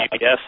Yes